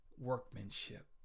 workmanship